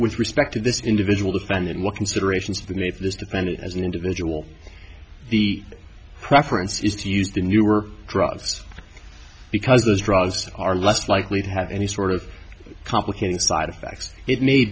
with respect to this individual defendant what considerations of the nature of this defendant as an individual the preference is to use the new were drugs because those drugs are less likely to have any sort of complicating side effects it ma